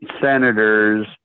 senators